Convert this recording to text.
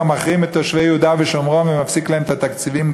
מחרים את תושבי יהודה ושומרון ומפסיק גם להם את התקציבים,